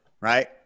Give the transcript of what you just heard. right